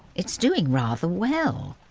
it's doing rather well.